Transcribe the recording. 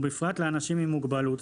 ובפרט לאנשים עם מוגבלים,